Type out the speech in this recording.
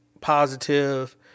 positive